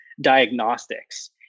diagnostics